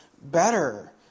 better